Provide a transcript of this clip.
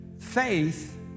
Faith